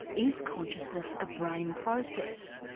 is consciousness a brain process?